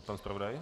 Pan zpravodaj?